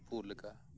ᱯᱩ ᱞᱮᱠᱟ